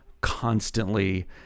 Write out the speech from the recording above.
constantly